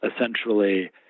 essentially